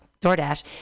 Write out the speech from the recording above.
DoorDash